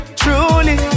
truly